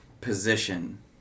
position